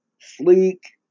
sleek